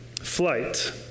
flight